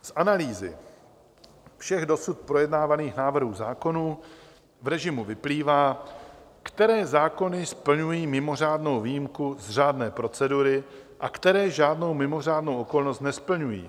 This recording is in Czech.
Z analýzy všech dosud projednávaných návrhů zákonů v režimu vyplývá, které zákony splňují mimořádnou výjimku z řádné procedury a které žádnou mimořádnou okolnost nesplňují.